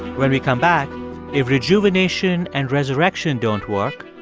when we come back if rejuvenation and resurrection don't work,